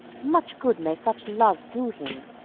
much good may such love do him!